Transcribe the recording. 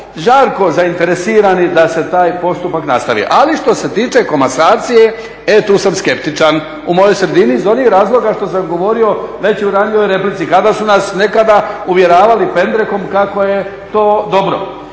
žarko zainteresirani da se taj postupak nastavi. Ali što se tiče komasacije, e tu sam skeptičan, u mojoj sredini iz onih razloga što sam govorio već u ranijoj replici kada su nas nekada uvjeravali pendrekom kako je to dobro.